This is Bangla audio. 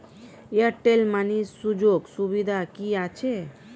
এয়ারটেল মানি সুযোগ সুবিধা কি আছে?